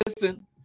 listen